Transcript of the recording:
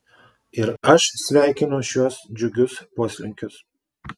ir aš sveikinu šiuos džiugius poslinkius